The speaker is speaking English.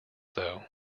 though